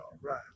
Right